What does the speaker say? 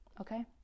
okay